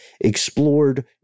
explored